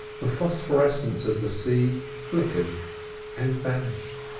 the phosphorescence of the sea flickered and vanished.